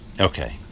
Okay